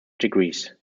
degrees